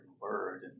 word